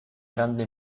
grande